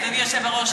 אדוני היושב-ראש,